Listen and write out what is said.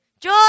Joy